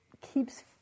keeps